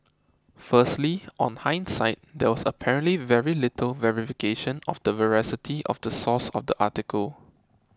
firstly on hindsight there was apparently very little verification of the veracity of the source of the article